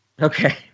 Okay